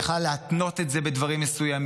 היא יכלה להתנות את זה בדברים מסוימים,